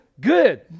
good